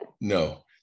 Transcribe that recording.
No